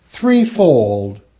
threefold